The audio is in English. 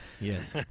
yes